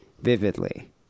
vividly